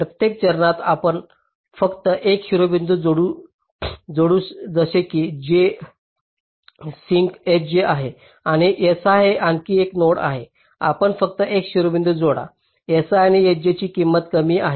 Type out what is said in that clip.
प्रत्येक चरणात आपण फक्त एक शिरोबिंदू जोडू जसे की j सिंक sj आहे आणि si हे आणखी एक नोड आहे आपण फक्त एक शिरोबिंदू जोडा जसे si आणि sj ची किंमत कमी आहे